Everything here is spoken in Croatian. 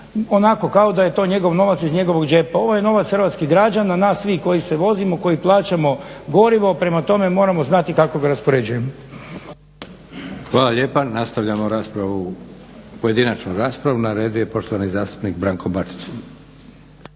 onako kako da je to njegov novac, iz njegovog džepa. Ovo je novac hrvatskih građana, nas svih koji se vozimo, koji plaćamo gorivo. Prema tome, moramo znati kako ga raspoređujemo **Leko, Josip (SDP)** Hvala lijepa. Nastavljamo raspravu, pojedinačnu raspravu. Na redu je poštovani zastupnik Branko Bačić.